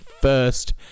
first